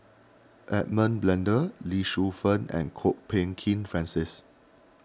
Edmund Blundell Lee Shu Fen and Kwok Peng Kin Francis